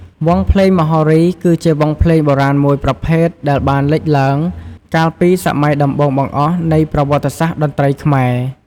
វង់ភ្លេងមហោរី គឺជាវង់ភ្លេងបុរាណមួយប្រភេទដែលបានលេចឡើង កាលពីសម័យដំបូងបង្អស់ នៃប្រវត្តិសាស្ត្រតន្ត្រីខ្មែរ។